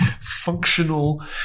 functional